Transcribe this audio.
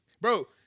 Bro